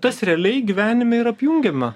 tas realiai gyvenime ir apjungiama